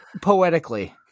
poetically